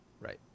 Right